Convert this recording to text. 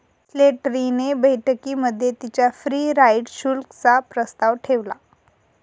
Slattery ने बैठकीमध्ये तिच्या फ्री राईडर शुल्क चा प्रस्ताव ठेवला